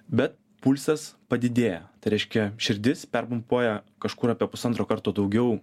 bet pulsas padidėja tai reiškia širdis perpumpuoja kažkur apie pusantro karto daugiau